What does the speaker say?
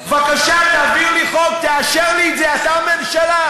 בבקשה, תעביר לי חוק, תאשר לי את זה, אתה הממשלה.